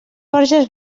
borges